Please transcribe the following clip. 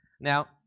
Now